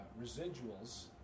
residuals